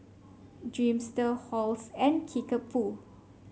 Dreamster Halls and Kickapoo